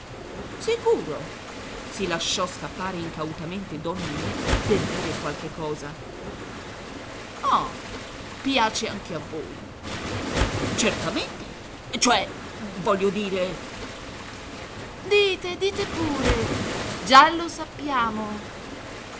sicuro si lasciò scappare incautamente don ninì per dire qualche cosa ah piace anche a voi certamente cioè voglio dire dite dite pure già lo sappiamo